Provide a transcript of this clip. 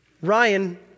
Ryan